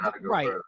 right